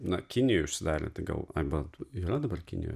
na kinijoj užsidarė tai gal arba yra dabar kinijoj